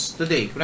today